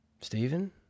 Stephen